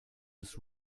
with